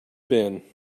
bin